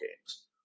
games